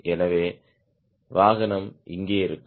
எனவே வாகனம் இங்கே இருக்கும்